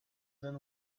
then